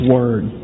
Word